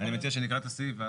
אני מציע שנקרא את הסעיף.